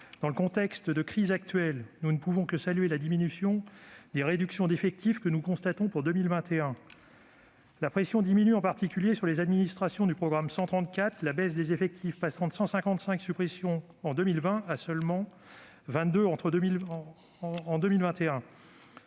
Dans le contexte de la crise actuelle, nous ne pouvons que saluer la diminution des réductions d'effectifs que nous constatons pour 2021. La pression diminue en particulier sur les administrations du programme 134, la baisse des effectifs passant de 155 suppressions en 2020 à seulement 22 en 2021.